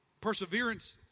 Perseverance